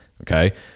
okay